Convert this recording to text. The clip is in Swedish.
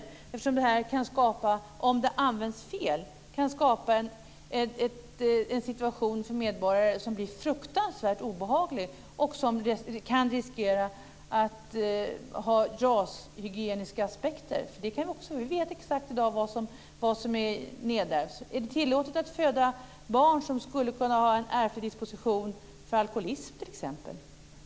Det här kan nämligen, om det används fel, skapa en situation för medborgare som blir fruktansvärt obehaglig och som kan innebära en risk för rashygieniska aspekter. Vi vet i dag exakt vad som är nedärvt. Är det t.ex. tillåtet att föda barn som skulle kunna ha en ärftlig disposition för alkoholism?